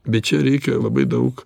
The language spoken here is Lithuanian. bet čia reikia jau labai daug